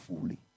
fully